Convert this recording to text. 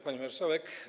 Pani Marszałek!